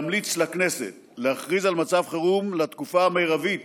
החלטנו להמליץ לכנסת להכריז על מצב חירום לתקופה המרבית